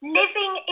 living